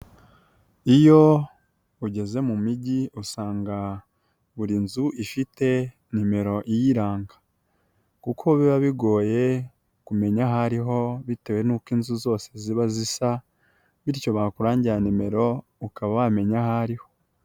Iyo ugeze mu mijyi usanga buri nzu ifite nimero iyiranga kuko biba bigoye kumenya aho ari ho bitewe n'uko inzu zose ziba zisa, bityo bakurangira nimero, ukaba wamenya aho ariho